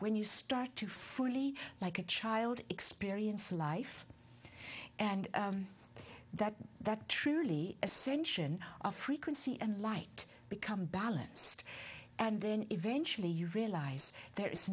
when you start to fully like a child experience life and that that truly ascension of frequency and light become balanced and then eventually you realize there is